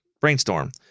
brainstorm